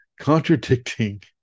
Contradicting